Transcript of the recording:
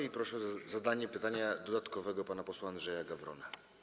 I proszę o zadanie pytania dodatkowego pana posła Andrzeja Gawrona.